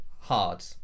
hard